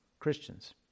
Christians